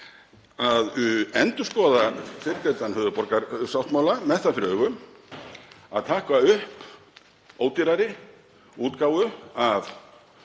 að endurskoða fyrrgreindan höfuðborgarsáttmála með það fyrir augum að taka upp ódýrari útgáfu af